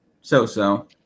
so-so